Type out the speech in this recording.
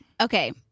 Okay